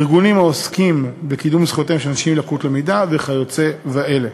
ארגונים העוסקים בקידום זכויות של אנשים עם לקות למידה וכיוצא באלה.